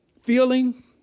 feeling